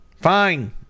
Fine